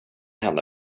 henne